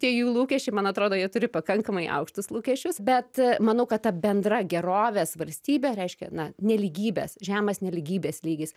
tie jų lūkesčiai man atrodo jie turi pakankamai aukštus lūkesčius bet manau kad ta bendra gerovės valstybė reiškia na nelygybės žemas nelygybės lygis